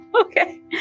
Okay